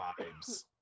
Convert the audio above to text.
vibes